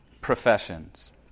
professions